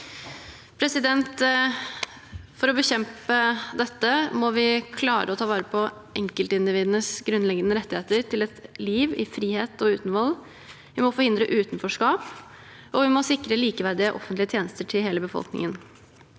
For å bekjempe dette må vi klare å ta vare på enkeltindividenes grunnleggende rettigheter til et liv i frihet og uten vold. Vi må forhindre utenforskap, og vi må sikre likeverdige offentlige tjenester til hele befolkningen.